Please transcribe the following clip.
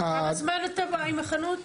זמן אתה עם החנות?